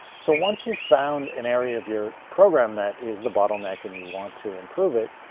so once you've found an area of your program that is the bottleneck, and you want to improve it,